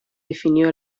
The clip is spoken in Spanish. definió